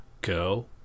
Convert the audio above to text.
go